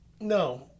no